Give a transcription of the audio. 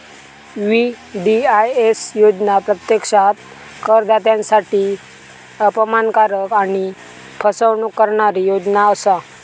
VDIS योजना प्रत्यक्षात करदात्यांसाठी अपमानकारक आणि फसवणूक करणारी योजना असा